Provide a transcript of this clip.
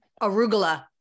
arugula